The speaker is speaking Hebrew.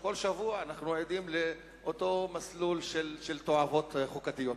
שכל שבוע אנחנו עדים לאותו מסלול של תועבות חוקתיות.